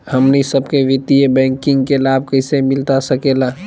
हमनी सबके वित्तीय बैंकिंग के लाभ कैसे मिलता सके ला?